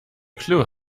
clue